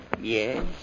Yes